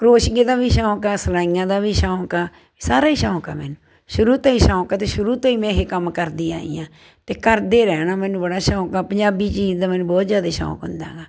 ਕਰੋਸ਼ੀਏ ਦਾ ਵੀ ਸ਼ੌਂਕ ਆ ਸਲਾਈਆਂ ਦਾ ਵੀ ਸ਼ੌਂਕ ਆ ਸਾਰਾ ਹੀ ਸ਼ੌਂਕ ਆ ਮੈਨੂੰ ਸ਼ੁਰੂ ਤੋਂ ਹੀ ਸ਼ੌਂਕ ਆ ਅਤੇ ਸ਼ੁਰੂ ਤੋਂ ਹੀ ਮੈਂ ਇਹ ਕੰਮ ਕਰਦੀ ਆਈ ਹਾਂ ਅਤੇ ਕਰਦੇ ਰਹਿਣਾ ਮੈਨੂੰ ਬੜਾ ਸ਼ੌਂਕ ਆ ਪੰਜਾਬੀ ਚੀਜ਼ ਦਾ ਮੈਨੂੰ ਬਹੁਤ ਜ਼ਿਆਦਾ ਸ਼ੌਂਕ ਹੁੰਦਾ ਗਾ